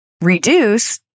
reduce